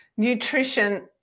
nutrition